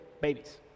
babies